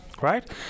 right